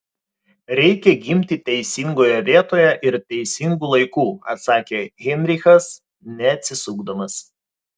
reikia gimti teisingoje vietoje ir teisingu laiku atsakė heinrichas neatsisukdamas